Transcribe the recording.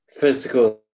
physical